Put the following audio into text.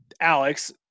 Alex –